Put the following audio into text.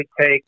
take